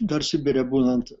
dar sibire būnant